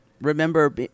Remember